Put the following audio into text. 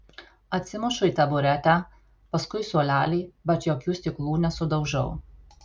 atsimušu į taburetę paskui suolelį bet jokių stiklų nesudaužau